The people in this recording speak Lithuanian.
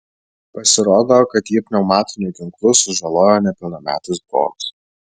pasirodo kad jį pneumatiniu ginklu sužalojo nepilnametis brolis